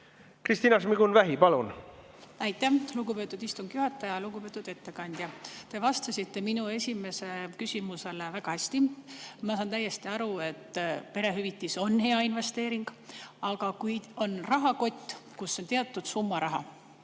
Kristina Šmigun-Vähi, palun! Aitäh, lugupeetud istungi juhataja! Lugupeetud ettekandja! Te vastasite minu esimesele küsimusele väga hästi. Ma saan täiesti aru, et perehüvitis on hea investeering. Aga kui on rahakott, kus on teatud summa raha,